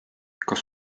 kas